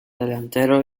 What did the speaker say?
delantero